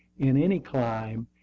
in any clime,